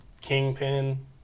kingpin